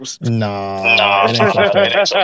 Nah